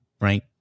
right